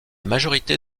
majorité